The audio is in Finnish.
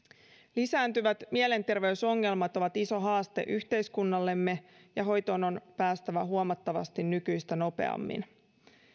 lisääntyvät mielenterveysongelmat ovat iso haaste yhteiskunnallemme ja hoitoon on päästävä huomattavasti nykyistä nopeammin